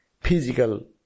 physical